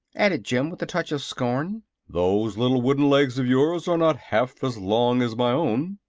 added jim, with a touch of scorn those little wooden legs of yours are not half as long as my own.